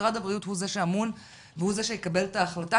משרד הבריאות הוא זה שאמון והוא זה שיקבל את ההחלטה,